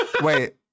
Wait